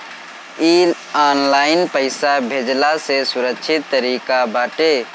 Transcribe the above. इ ऑनलाइन पईसा भेजला से सुरक्षित तरीका बाटे